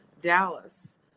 Dallas